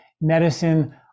medicine